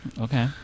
Okay